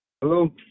Hello